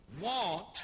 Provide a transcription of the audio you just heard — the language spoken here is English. want